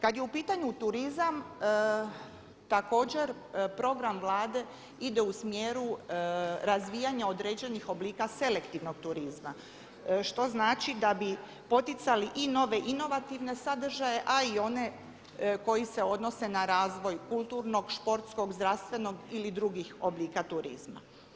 Kad je u pitanju turizam također program Vlade ide u smjeru razvijanja određenih oblika selektivnog turizma što znači da bi poticali i nove inovativne sadržaje, a i one koji se odnose na razvoj kulturnog, športskog, zdravstvenog ili drugih oblika turizma.